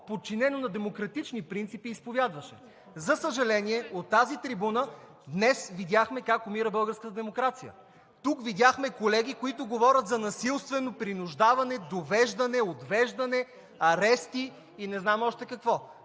подчинен на демократични принципи. За съжаление, от тази трибуна днес видяхме как умира българската демокрация. Тук видяхме колеги, които говорят за насилствено принуждаване, довеждане, отвеждане, арести и не знам още какво,